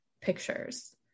pictures